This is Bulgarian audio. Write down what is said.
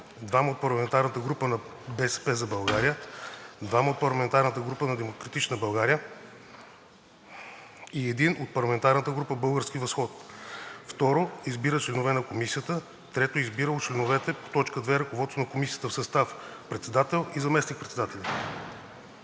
2 от парламентарната група „БСП за България“, 2 от парламентарната група на „Демократична България“ и 1 от парламентарната група „Български възход“. 2. Избира за членове на Комисията: … 3. Избира от членовете по т. 2 ръководство на Комисията в състав: Председател: … Заместник-председатели: